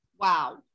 Wow